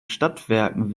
stadtwerken